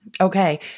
Okay